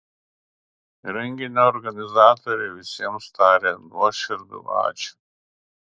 renginio organizatoriai visiems taria nuoširdų ačiū